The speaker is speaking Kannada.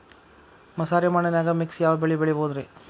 ಮಸಾರಿ ಮಣ್ಣನ್ಯಾಗ ಮಿಕ್ಸ್ ಯಾವ ಬೆಳಿ ಬೆಳಿಬೊದ್ರೇ?